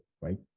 right